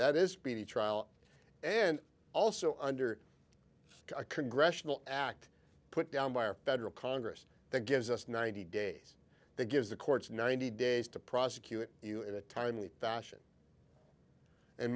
speedy trial and also under a congressional act put down by a federal congress that gives us ninety days that gives the courts ninety days to prosecute you in a timely fashion and